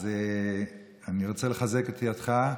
אז אני רוצה לחזק את ידך,